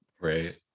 Right